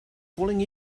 calling